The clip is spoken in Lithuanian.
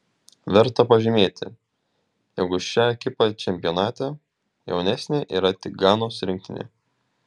verta pažymėti jog už šią ekipą čempionate jaunesnė yra tik ganos rinktinė